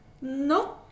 No